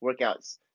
workouts